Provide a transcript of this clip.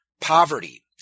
poverty